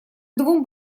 двум